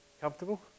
Comfortable